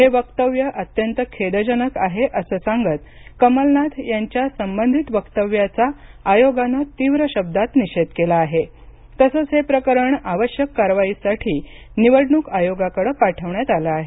हे वक्तव्य अत्यंत खेदजनक आहे असं सांगत कमलनाथ यांच्या संबंधित वक्तव्याचा आयोगानं तीव्र शब्दात निषेध केला आहे तसंच हे प्रकरण आवश्यक कारवाईसाठी निवडणूक आयोगाकडे पाठवण्यात आलं आहे